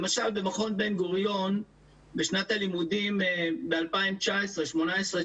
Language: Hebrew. למשל במכון בן גוריון בשנת הלימודים 2019 2018,